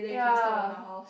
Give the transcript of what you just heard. ya